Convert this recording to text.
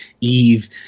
Eve